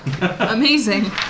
Amazing